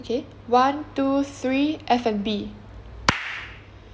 K one two three F&B